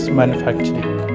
manufacturing